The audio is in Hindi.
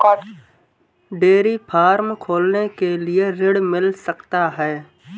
डेयरी फार्म खोलने के लिए ऋण मिल सकता है?